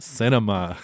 cinema